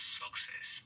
success